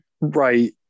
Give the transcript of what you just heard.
right